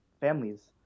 families